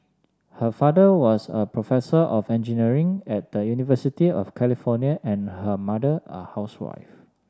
her father was a professor of engineering at the University of California and her mother a housewife